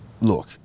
look